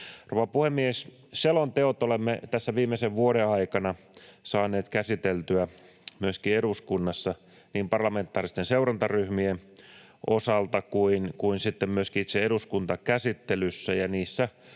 Rouva puhemies! Selonteot olemme tässä viimeisen vuoden aikana saaneet käsiteltyä myöskin eduskunnassa niin parlamentaaristen seurantaryhmien osalta kuin sitten myöskin itse eduskuntakäsittelyssä,